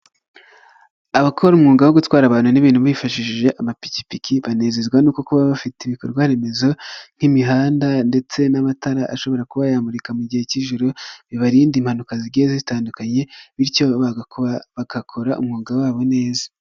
Abakora umwuga wo gutwara abantu n'ibintu bifashishije amapikipiki, banezezwa no kuba bafite ibikorwa remezo nk'imihanda ndetse n'amatara, ashobora kuba yamurika mu gihe cy'ijoro bibarinda impanuka zigenda zitandukanye, bityo bagakora umwuga wabo neza.